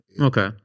Okay